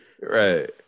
Right